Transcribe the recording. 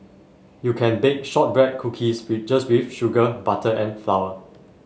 you can bake shortbread cookies with just with sugar butter and flour